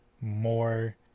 more